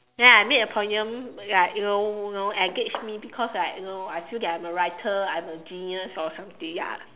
then I made a poem ya it will you you know engage me because I know I feel like I'm a writer I'm a genius or something ya